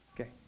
Okay